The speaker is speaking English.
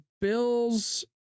Bills